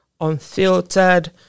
unfiltered